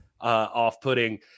off-putting